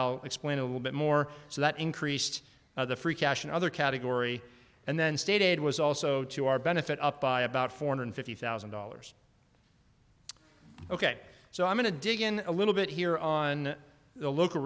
i'll explain a little bit more so that increased the free cash and other category and then stated was also to our benefit up by about four hundred fifty thousand dollars ok so i'm going to dig in a little bit here on the local